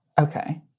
Okay